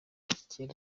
kera